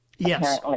Yes